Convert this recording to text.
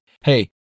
hey